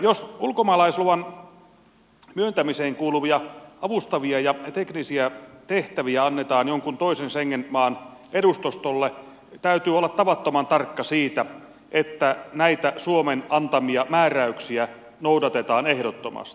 jos ulkomaalaisluvan myöntämiseen kuuluvia avustavia ja teknisiä tehtäviä annetaan jonkun toisen schengen maan edustustolle täytyy olla tavattoman tarkka siitä että näitä suomen antamia määräyksiä noudatetaan ehdottomasti